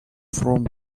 from